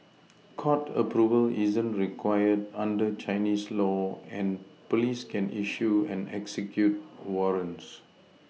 court Approval isn't required under Chinese law and police can issue and execute warrants